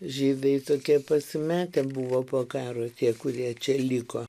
žydai tokie pasimetę buvo po karo tie kurie čia liko